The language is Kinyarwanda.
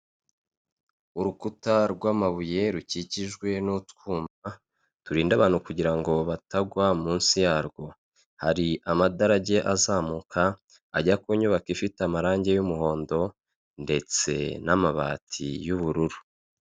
Urukuta rw'amabuye rukikijwe n'utwuma turinda abantu kugira batagwa munsi yarwo hari amadarage azamuka ajya ku nyubako, ifite amarangi y'umuhondo ndetse n'amabati y'ubururu.